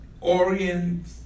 Orient